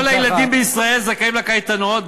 כל הילדים בישראל זכאים לקייטנות,